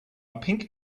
pink